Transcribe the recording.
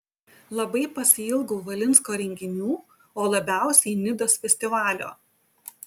labai pasiilgau valinsko renginių o labiausiai nidos festivalio